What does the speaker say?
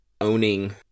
owning